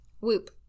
Whoop